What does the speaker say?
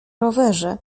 rowerze